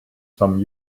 some